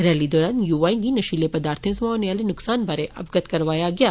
rally दौरान युवाएं गी नशीले पदार्थें सवां होने आले नुक्सान बारै अवगत करवाया गेआ